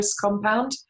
compound